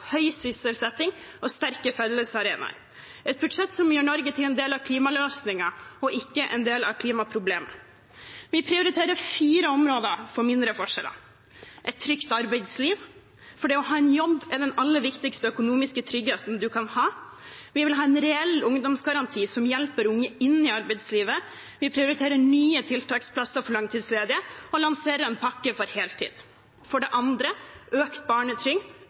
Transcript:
høy sysselsetting og sterke fellesarenaer – et budsjett som gjør Norge til en del av klimaløsningen, ikke en del av klimaproblemet. Vi prioriterer fire områder for mindre forskjeller: et trygt arbeidsliv – for det å ha en jobb er den aller viktigste økonomiske tryggheten man kan ha. Vi vil ha en reell ungdomsgaranti som hjelper unge inn i arbeidslivet. Vi prioriterer nye tiltaksplasser for langtidsledige og lanserer en pakke for heltid. økt